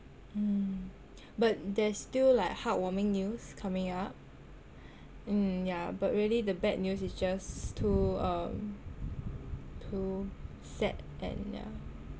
mm but there's still like heartwarming news coming up mm yah but really the bad news is just too um too sad and yah